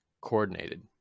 coordinated